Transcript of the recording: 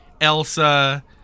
Elsa